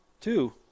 Two